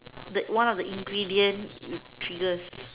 the one of the ingredient it triggers